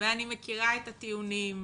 ואני מכירה את הטיעונים,